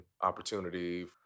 opportunity